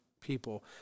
people